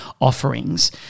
offerings